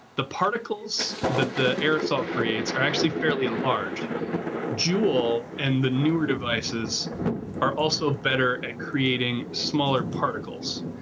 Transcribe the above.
the particles that the aerosol creates are actually fairly large jewel and the newer devices are also better at creating smaller particles.